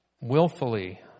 willfully